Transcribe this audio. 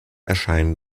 erscheinen